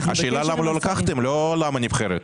השאלה למה לא לקחתם לא למה נבחרת.